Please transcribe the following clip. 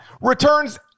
returns